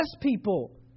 people